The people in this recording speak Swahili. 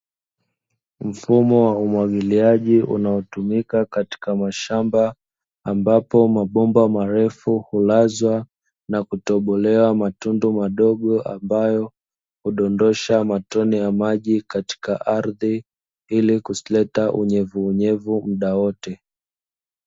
Mfumo wa umwagiliaji unaotumika katika mashamba ambapo mabomba marefu, hulazwa na kutobolewa matundu madogo ambayo hudondosha matone ya maji katika ardhi, ili kuleta unyevunyevu mda wote.